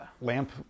lamp